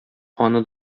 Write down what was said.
аны